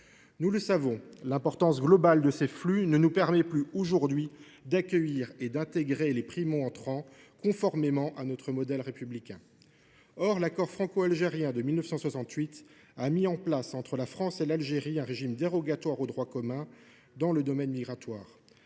nous le savons, l’importance globale de ces derniers ne nous permet plus d’accueillir ni d’intégrer les primo entrants conformément à notre modèle républicain. L’accord franco algérien de 1968 a mis en place entre nos pays un régime dérogatoire au droit commun dans le domaine migratoire.